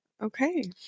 Okay